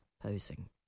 posing